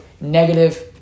negative